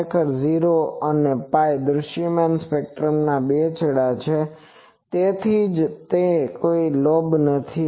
ખરેખર 0 અને π એ દૃશ્યમાન સ્પેક્ટ્રમ ના બે છેડા છે તેથી જ તેમાં કોઈ લોબ નથી